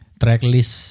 tracklist